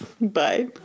bye